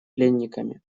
пленниками